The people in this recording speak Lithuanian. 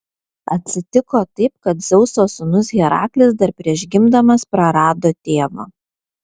atsitiko taip kad dzeuso sūnus heraklis dar prieš gimdamas prarado tėvą